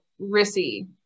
Rissy